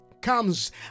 comes